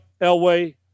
Elway